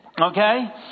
Okay